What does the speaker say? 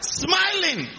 smiling